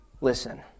listen